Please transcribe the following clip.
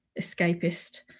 escapist